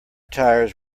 tires